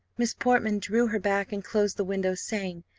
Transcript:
miss portman drew her back, and closed the window, saying,